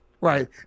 right